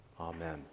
Amen